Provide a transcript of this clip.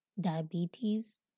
diabetes